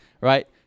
right